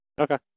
Okay